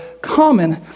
common